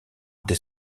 des